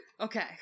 Okay